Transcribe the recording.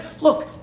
Look